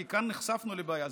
כי כאן נחשפנו לבעיה.